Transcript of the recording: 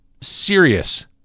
serious